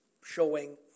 showing